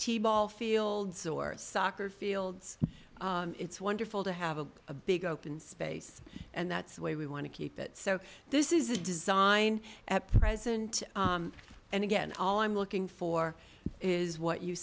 any ball fields or soccer fields it's wonderful to have a big open space and that's the way we want to keep it so this is the design at present and again all i'm looking for is what you